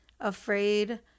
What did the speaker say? afraid